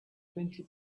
twenty